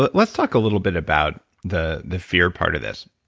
but let's talk a little bit about the the fear part of this.